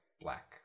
black